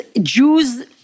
Jews